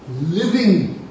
living